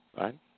Right